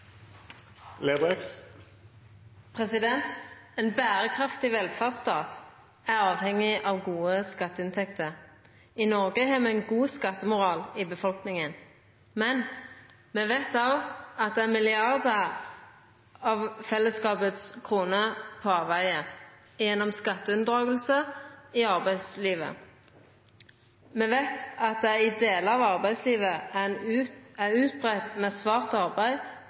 problematisk. Ein berekraftig velferdsstat er avhengig av gode skatteinntekter. I Noreg har me ein god skattemoral i befolkninga, men me veit òg at milliardar av fellesskapets kroner er på avvegar gjennom skatteunndraging i arbeidslivet. Me veit at i delar av arbeidslivet er det utbreidd med svart arbeid,